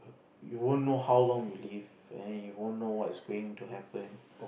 you won't know how long you live and then you won't know what is going to happen